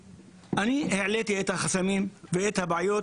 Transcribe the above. העליתי את החסמים ואת הבעיות